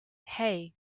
hey